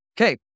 Okay